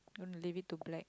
gonna leave it to black